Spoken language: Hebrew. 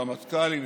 רמטכ"לים,